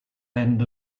end